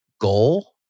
goal